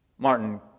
Martin